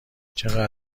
چقدر